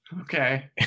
Okay